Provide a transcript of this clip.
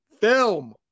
film